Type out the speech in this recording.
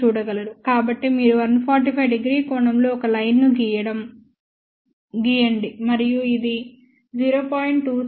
కాబట్టి మీరు 145º కోణంలో ఒక లైన్ ను గీయండి మరియు ఇది 0